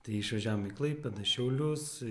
tai išvažiavom į klaipėdą į šiaulius